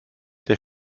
der